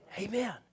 Amen